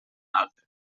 altre